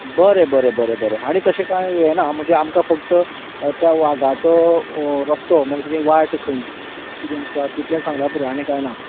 बरें बरें बरें बरें आनीक तशें काय हें ना म्हणजे आमकां फक्त त्या वाघाचो रस्तो म्हणल्यार तेणें वाट खंयच्यान किदें आसा तितलें सागंल्यार पुरो आनी काय ना